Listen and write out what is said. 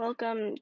Welcome